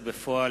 בפועל,